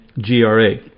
GRA